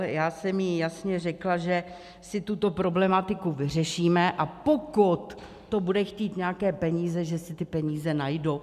Já jsem jí jasně řekla, že si tuto problematiku vyřešíme, a pokud to bude chtít nějaké peníze, že si ty peníze najdu.